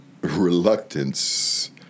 reluctance